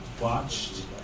watched